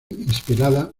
inspirada